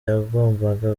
yagombaga